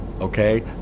okay